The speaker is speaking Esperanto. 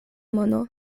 mono